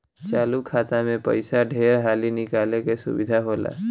चालु खाता मे पइसा ढेर हाली निकाले के सुविधा होला